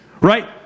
right